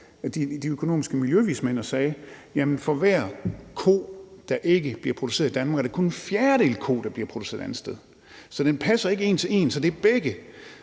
kom de økonomiske miljøvismænd og sagde: Jamen for hver ko, der ikke bliver produceret i Danmark, er det kun en fjerdedel ko, der bliver produceret et andet sted. Så den passer ikke en til en. Så om begge